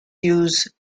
use